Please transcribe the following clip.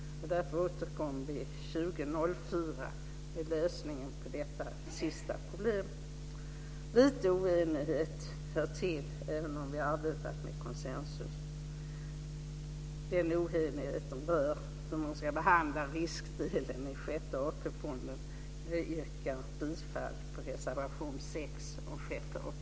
Därför återkommer vi 2004 med lösningen på detta sista problem. Lite oenighet hör till, även om vi arbetat med konsensus. Den oenigheten bör inriktas på att behandla riskdelen i Sjätte AP-fonden. Jag yrkar bifall till reservation 6 om Sjätte AP